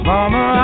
Mama